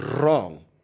wrong